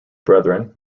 brethren